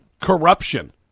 corruption